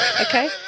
okay